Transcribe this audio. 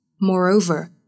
Moreover